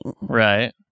right